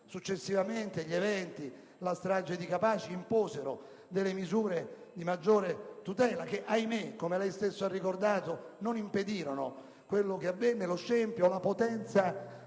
Successivamente gli eventi e la strage di Capaci imposero misure di maggiore tutela che - ahimè, come lei stesso ha ricordato - non impedirono quanto avvenne: lo scempio, la potenza